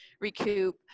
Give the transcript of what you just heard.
recoup